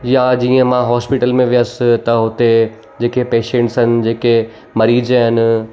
या जीअं मां हॉस्पिटल में वयुसि त हुते जेके पेशंट्स आहिनि जेके मरीज़ आहिनि